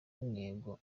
intego